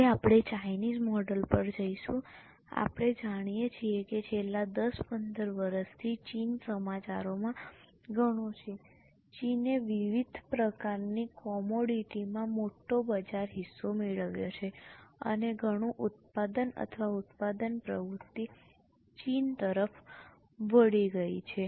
હવે આપણે Chinese model પર જઈશું આપણે જાણીએ છીએ કે છેલ્લાં દસ પંદર વર્ષથી ચીન સમાચારોમાં ઘણું છે અને ચીને વિવિધ પ્રકારની કોમોડિટીમાં મોટો બજાર હિસ્સો મેળવ્યો છે અને ઘણું ઉત્પાદન અથવા ઉત્પાદન પ્રવૃત્તિ ચીન તરફ વળી ગઈ છે